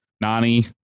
Nani